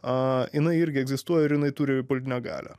a jinai irgi egzistuoja ir jinai turi politinę galią